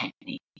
technique